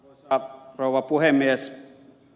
arvoisa rouva puhemies